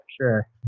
Sure